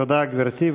תודה, גברתי.